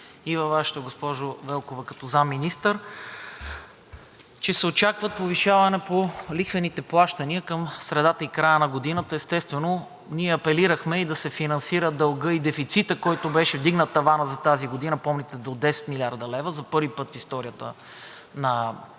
във Вашето, госпожо Велкова, като заместник-министър, че се очаква повишаване на лихвените плащания към средата и края на годината. Естествено, ние апелирахме да се финансира дългът и дефицитът, който беше вдигнат, таванът за тази година, помните, до 10 млрд. лв. За първи път в историята на държавата